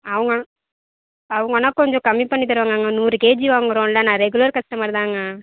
அவங்க அவங்கனா கொஞ்சம் கம்மி பண்ணி தருவாங்கங்க நூறு கேஜி வாங்கிறோ இல்லை நான் ரெகுலர் கஸ்ட்டமர் தாங்க